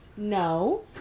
no